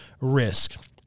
risk